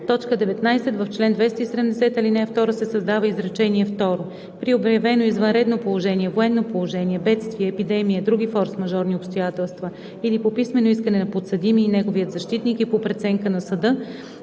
247в“. 19. В чл. 270, ал. 2 се създава изречение второ: „При обявено извънредно положение, военно положение, бедствие, епидемия, други форсмажорни обстоятелства или по писмено искане на подсъдимия и неговия защитник и по преценка на съда